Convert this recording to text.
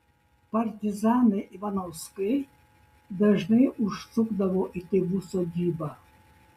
partizanai ivanauskai dažnai užsukdavo į tėvų sodybą